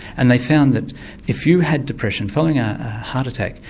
and they found that if you had depression following a heart attack,